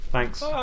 Thanks